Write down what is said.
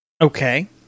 Okay